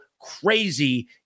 crazy